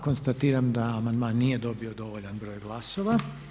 Konstatiram da amandman nije dobio dovoljan broj glasova.